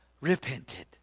repented